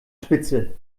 spitze